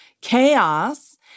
chaos